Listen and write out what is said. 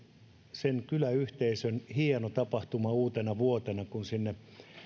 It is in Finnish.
sen kyläyhteisön hieno tapahtuma uutenavuotena kun sinne